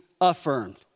affirmed